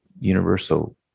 Universal